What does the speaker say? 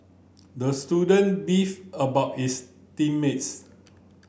the student beefed about his team mates